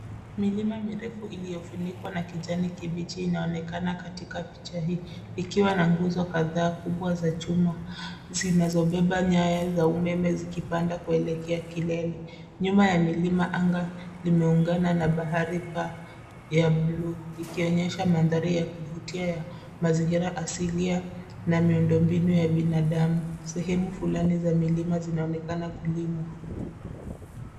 Milima mirefu iliyofunikwa na kijani kibichi inaonekana katika picha hii ikiwa na nguzo kadhaa kubwa za chuma zinazobeba nyaya za umeme zikipanda kuelekea kilele ,nyuma ya milima anga limeungana na bahari ya buluu ikionyeshwa mandhari ya kuvutia mazingira asilia na miundo mbinu ya binadamu sehemu fulani za milima zinaonekana kulimwa.